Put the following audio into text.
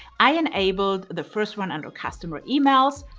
i enabled the first one under customer emails.